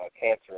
Cancer